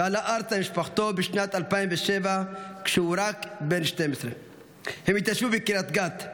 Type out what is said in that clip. ועלה ארצה עם משפחתו בשנת 2007 כשהוא רק בן 12. הם התיישבו בקריית גת,